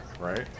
right